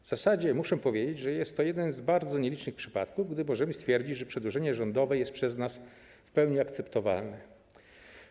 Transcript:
W zasadzie muszę powiedzieć, że jest to jeden z bardzo nielicznych przypadków, gdy możemy stwierdzić, że przedłożenie rządowe jest przez nas w pełni akceptowalne.